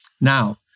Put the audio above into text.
Now